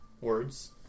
Words